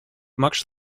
much